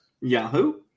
Yahoo